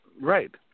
Right